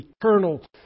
eternal